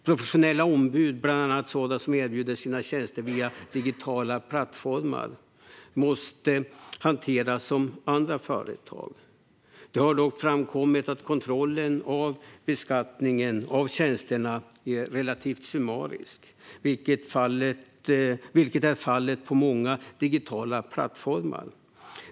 Professionella ombud, bland annat sådana som erbjuder sina tjänster via digitala plattformar, måste hanteras som andra företag. Det har dock framkommit att kontrollen av beskattningen av tjänsterna är relativt summarisk, vilket är fallet på många digitala plattformar.